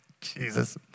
Jesus